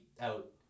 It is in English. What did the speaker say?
out